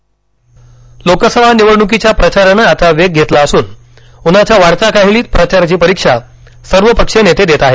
मोदी लोकसभा निवडण्कीच्या प्रचारानं आता वेग घेतला असून उन्हाच्या वाढत्या काहिलीत प्रचाराची परीक्षा सर्व पक्षीय नेते देत आहेत